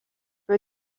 буй